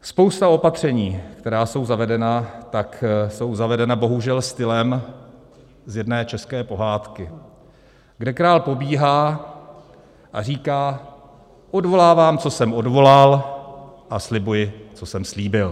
Spousta opatření, která jsou zavedena, tak jsou zavedena bohužel stylem z jedné české pohádky, kde král pobíhá a říká: odvolávám, co jsem odvolal, a slibuji, co jsem slíbil.